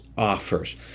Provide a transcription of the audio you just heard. offers